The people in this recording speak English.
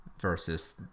Versus